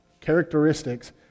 characteristics